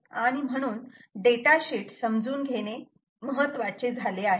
आणि म्हणून data sheet समजून घेणे महत्त्वाचे झाले आहे